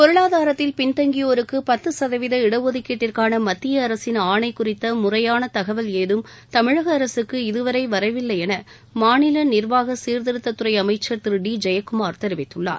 பொருளாதாரத்தில் பின்தங்கியோருக்கு பத்து சதவீத இடஒதுக்கீட்டிற்கான மத்திய அரசின் ஆணை குறித்த முறையான தகவல் ஏதும் தமிழக அரசுக்கு இதுவரை வரவில்லை என் மாநில நிர்வாக சீர்திருத்தத் துறை அமைச்சர் திரு டி ஜெயக்குமார் தெரிவித்துள்ளார்